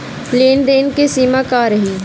लेन देन के सिमा का रही?